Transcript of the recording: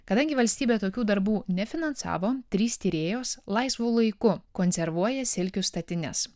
kadangi valstybė tokių darbų nefinansavo trys tyrėjos laisvu laiku konservuoja silkių statines